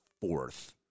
fourth